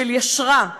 של יושרה.